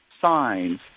signs